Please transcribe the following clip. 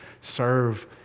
serve